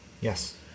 Yes